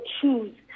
choose